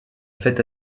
fête